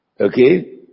Okay